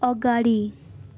अगाडि